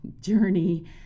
journey